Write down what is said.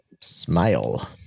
Smile